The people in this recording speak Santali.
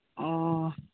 ᱚᱼᱚ